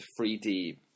3D